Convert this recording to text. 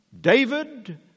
David